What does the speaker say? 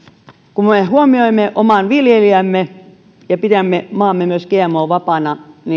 kun me huomioimme omat viljelijämme ja myös pidämme maamme gmo vapaana